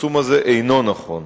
והפרסום הזה אינו נכון.